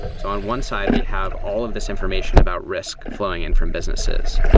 so on one side, we have all of this information about risk flowing in from businesses.